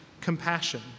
compassion